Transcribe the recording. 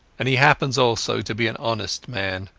and he happens also to be an honest man.